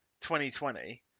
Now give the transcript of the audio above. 2020